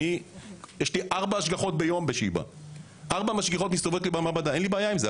לי יש ארבע משגיחות שמסתובבות לי במעבדה ואין לי בעיה עם זה.